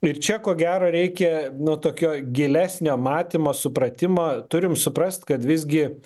ir čia ko gero reikia nu tokio gilesnio matymo supratimo turim suprast kad visgi